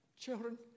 children